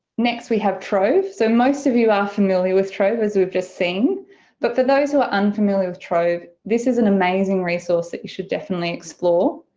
next we have trove. so most of you are familiar with trove as we've just seen but for those who are unfamiliar with trove this is an amazing resource that you should definitely explore.